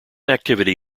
activity